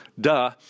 duh